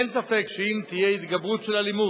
ואין ספק שאם תהיה התגברות של אלימות,